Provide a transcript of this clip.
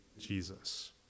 Jesus